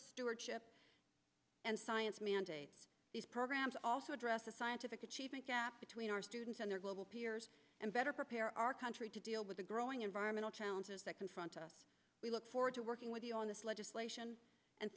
stewardship and science mandates these programs also address the scientific achievement gap between our students and their global peers and better prepare our country to deal with the growing environmental challenges that confront us we look forward to working with you on this legislation and